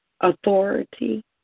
authority